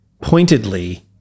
pointedly